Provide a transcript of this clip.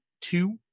two